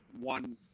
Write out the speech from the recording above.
one